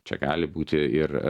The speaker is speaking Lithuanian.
čia gali būti ir